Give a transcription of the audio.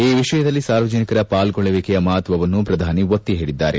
ಈ ವಿಷಯದಲ್ಲಿ ಸಾರ್ವಜನಿಕರ ಪಾಲ್ಗೊಳ್ಳುವಿಕೆಯ ಮಹತ್ವವನ್ನು ಪ್ರಧಾನಿ ಒತ್ತಿ ಹೇಳಿದ್ದಾರೆ